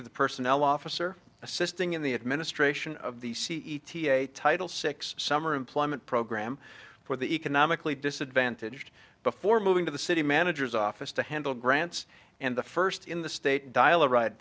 to the personnel officer assisting in the administration of the c e t a title six summer employment program for the economically disadvantaged before moving to the city manager's office to handle grants and the first in the state dial a ride